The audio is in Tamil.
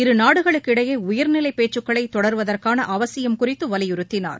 இரு நாடுகளுக்கு இடையே உயர்நிலைப் பேச்சுக்களை தொடர்வதற்கான அவசியம் குறித்து வலியுறுத்தினார்